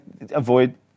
avoid